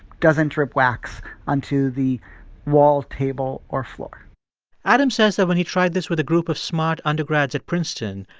doesn't drip wax onto the wall, table or floor adam says that when he tried this with a group of smart undergrads at princeton,